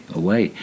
away